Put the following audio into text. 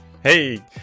Hey